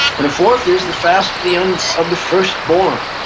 and the fourth is the fast of the and of the firstborn.